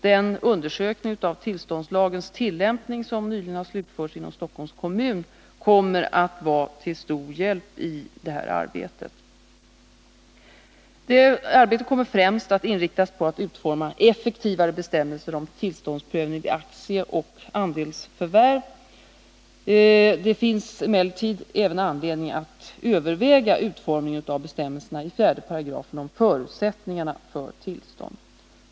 Den undersökning av tillståndslagens tillämpning som nyligen har slutförts inom Stockholms kommun kommer att vara till stor hjälp i detta arbete. Arbetet kommer främst att inriktas på att utforma effektivare bestämmelser om tillståndsprövning vid aktieoch andelsförvärv. Det finns emellertid även anledning att överväga utformningen av bestämmelserna i 4 § om förutsättningarna för tillstånd.